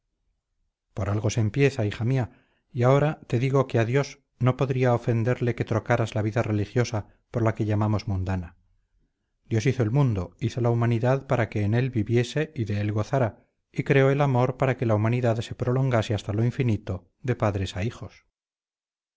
por algo se empieza hija mía y ahora te digo que a dios no podría ofenderle que trocaras la vida religiosa por la que llamamos mundana dios hizo el mundo hizo la humanidad para que en él viviese y de él gozara y creó el amor para que la humanidad se prolongase hasta lo infinito de padres a hijos